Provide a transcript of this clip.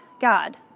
God